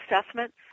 assessment